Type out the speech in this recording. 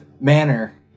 manner